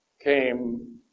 came